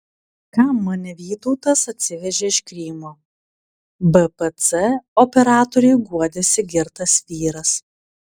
kam mane vytautas atsivežė iš krymo bpc operatoriui guodėsi girtas vyras